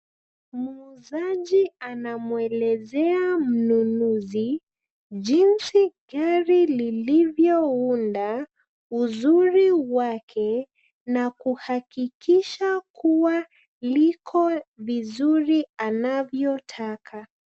Muuzaji anamwelezea mnunuzi, jinsi gari lilivyounda ,uzuri wake na kuhakikisha kuwa liko vizuri anavyotaka.